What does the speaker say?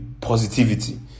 Positivity